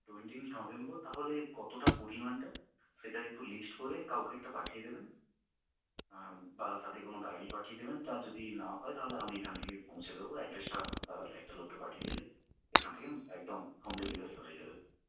twentieth November তাহলে কতোটা পরিমাণটা সেটার একটু লিস্ট করে কাউকে একটা পাঠিয়ে দেবেন বা সাথে কোনো গাড়ি পাঠিয়ে দেবেন তা যদি না হয় তাহলে আমি এখান থেকে পৌঁছে দেবো অ্যাডড্রেসটা বা একটা লোককে পাঠিয়ে দিলে এখান থেকে একদম হোম ডেলিভারি হয়ে যাবে